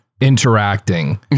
interacting